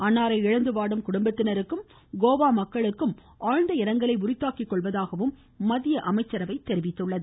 அன்னாரை இழந்துவாடும் குடும்பத்தினருக்கும் கோவா மக்களுக்கும் ஆழ்ந்த இரங்கலை உரித்தாக்கிக்கொள்வதாகவும் மத்திய அமைச்சரவை தெரிவித்தது